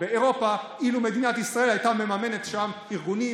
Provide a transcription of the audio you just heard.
באירופה אילו מדינת ישראל הייתה מממנת שם ארגונים